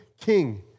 king